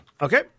Okay